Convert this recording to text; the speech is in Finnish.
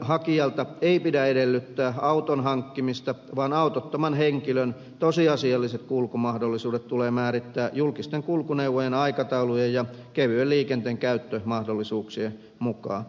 työnhakijalta ei pidä edellyttää auton hankkimista vaan autottoman henkilön tosiasialliset kulkumahdollisuudet tulee määrittää julkisten kulkuneuvojen aikataulujen ja kevyen liikenteen käyttömahdollisuuksien mukaan